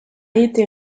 été